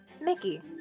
Mickey